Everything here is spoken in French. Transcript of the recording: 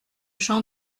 jean